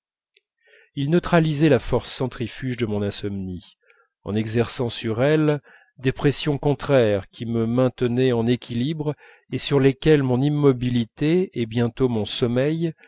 ils neutralisaient la force centrifuge de mon insomnie en exerçant sur elle des pressions contraires qui me maintenaient en équilibre et sur lesquelles mon immobilité et bientôt mon sommeil